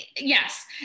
yes